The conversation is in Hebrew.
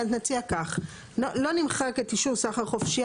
נציע כך: לא נמחק את אישור סחר חופשי,